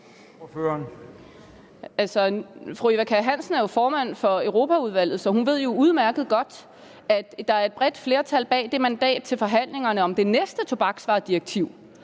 fru Eva Kjer Hansen er formand for Europaudvalget, så hun ved jo udmærket godt, at der er et bredt flertal bag det mandat til forhandlingerne om det næste tobaksvaredirektiv,